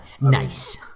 Nice